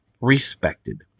respected